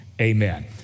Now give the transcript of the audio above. amen